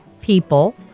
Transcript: people